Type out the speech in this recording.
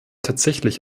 tatsächlich